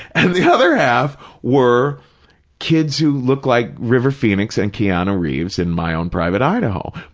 and the other half were kids who looked like river phoenix and keanu reeves in my own private idaho,